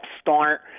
start